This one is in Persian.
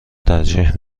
ترجیح